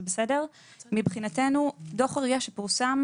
מבחינתנו דוח RIA שפורסם,